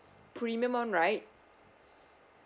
premium [one] right